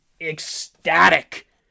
ecstatic